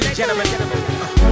gentlemen